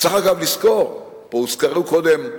צריך, אגב, לזכור, והוזכרו קודם,